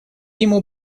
ему